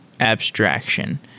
Abstraction